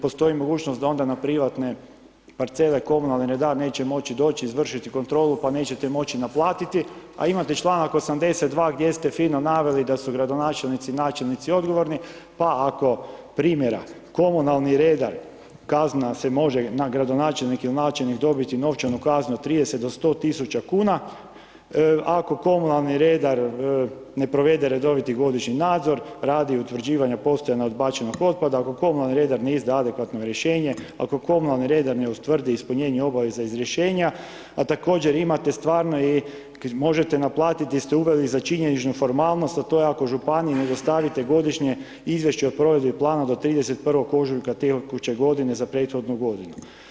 Postoji mogućnost da onda na privatne parcele komunalni redar neće moći doći izvršiti kontrolu pa nećete moći naplatiti, a imate članak 82. gdje ste fino naveli da su gradonačelnici i načelnici odgovorni, pa ako primjera radi, komunalni redar kazna se može, gradonačelnik ili načelnik dobiti novčanu kaznu od 30 do 100 tisuća kuna, ako komunalni redar ne provede redoviti godišnji nadzor, radi utvrđivanja postojanja odbačenog otpada, ako komunalni redar ne izda adekvatno rješenje, ako komunalni redar ne utvrdi ispunjenje obveza iz rješenja, a također imate stvarno i možete naplatiti di ste uveli za činjeničnu formalnost, a to je ako županiji ne dostavite godišnje izvješće o provedbi plana do 31. ožujka tekuće godine za prethodnu godinu.